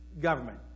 government